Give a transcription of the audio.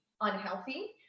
unhealthy